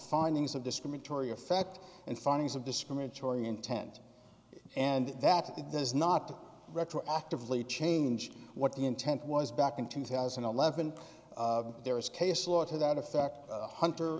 findings of discriminatory effect and findings of discriminatory intent and that it does not retroactively change what the intent was back in two thousand and eleven there is case law to that effect hunter